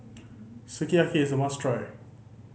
sukiyaki is a must try